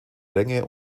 länge